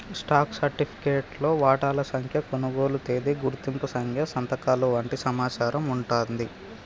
stock సర్టిఫికేట్లో వాటాల సంఖ్య, కొనుగోలు తేదీ, గుర్తింపు సంఖ్య సంతకాలు వంటి సమాచారం వుంటాంది